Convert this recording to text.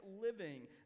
living